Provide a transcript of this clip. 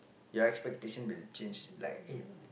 your expectations will change like eh